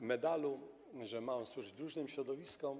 medalu, że ma on służyć różnym środowiskom.